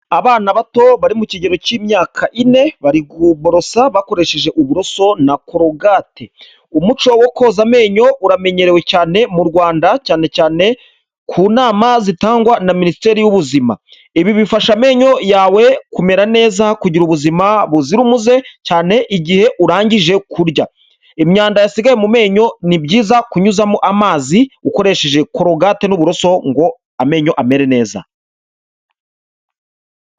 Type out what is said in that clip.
Abana bato bari mu kigero k'imyaka ine, bari kuborosa bakoresheje uburoso na korogati, umuco wo koza amenyo uramenyerewe cyane mu Rwanda cyane cyane ku nama zitangwa na minisiteri y'ubuzima, ibi bifasha amenyo yawe kumera neza, kugira ubuzima buzira umuze, cyane igihe urangije kurya, imyanda yasigaye mu menyo ni byiza kunyuzamo amazi ukoresheje korogati n'uburoso ngo amenyo amere neza.